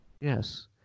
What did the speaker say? Yes